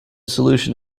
solution